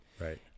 Right